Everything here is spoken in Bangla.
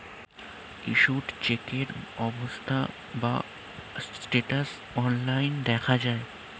ইস্যুড চেকের অবস্থা বা স্ট্যাটাস অনলাইন দেখা যায়